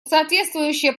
соответствующее